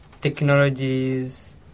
technologies